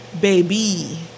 baby